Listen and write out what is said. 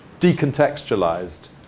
decontextualized